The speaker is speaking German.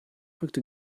rückte